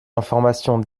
informations